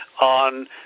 on